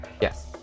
Yes